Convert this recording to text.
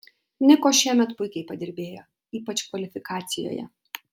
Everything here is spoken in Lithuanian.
niko šiemet puikiai padirbėjo ypač kvalifikacijoje